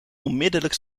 onmiddellijk